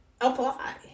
apply